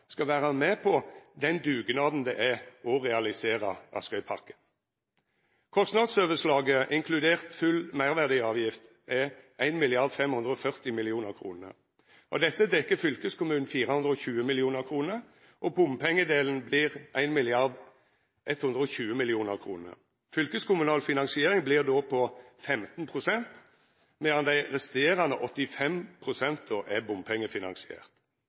skal vera med på den dugnaden det er å realisera Askøypakken. Kostnadsoverslaget, inkludert full meirverdiavgift, er 1,540 mrd. kr. Av dette dekkjer fylkeskommunen 420 mill. kr, og bompengedelen blir 1,120 mrd. kr. Fylkeskommunal finansiering blir då på 15 pst., medan dei resterande 85 pst. er bompengefinansiert.